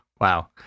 Wow